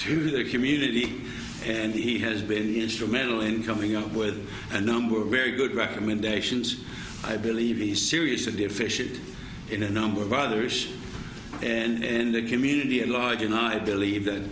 to the community and he has been instrumental in coming up with a number of very good recommendations i believe he's seriously deficient in a number of other ish and in the community at large and i believe that